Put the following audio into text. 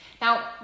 Now